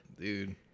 dude